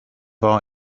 our